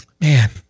man